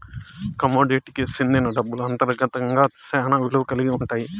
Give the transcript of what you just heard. కమోడిటీకి సెందిన డబ్బులు అంతర్గతంగా శ్యానా విలువ కల్గి ఉంటాయి